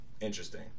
Interesting